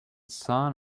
son